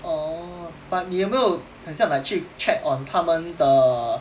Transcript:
oh but 你有没有很像 like 去 check on 他们的